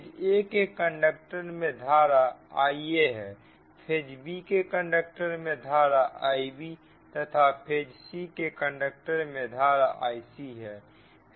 phase a के conductor में धारा Ia हैफेज b के कंडक्टर में धारा Ib तथा फेज c के कंडक्टर में धारा Ic है